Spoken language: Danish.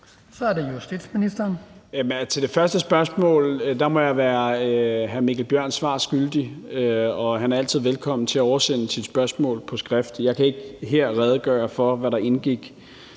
(Peter Hummelgaard): Til det første spørgsmål må jeg være hr. Mikkel Bjørn svar skyldig. Han er altid velkommen til at oversende sit spørgsmål på skrift. Jeg kan ikke her redegøre for, hvad der indgik